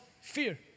fear